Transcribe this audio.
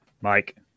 Mike